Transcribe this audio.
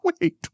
Wait